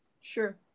sure